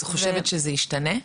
את חושבת שזה ישתנה?